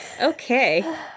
Okay